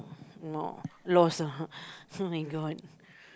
no lost ah oh-my-god